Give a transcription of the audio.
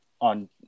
on